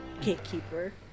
Gatekeeper